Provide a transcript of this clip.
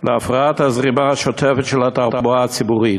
להפרעת הזרימה השוטפת של התחבורה הציבורית.